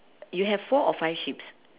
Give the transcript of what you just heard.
you have four or five sheeps